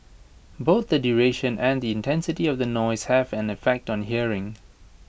both the duration and the intensity of the noise have an effect on hearing